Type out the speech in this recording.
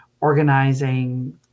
organizing